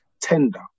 tender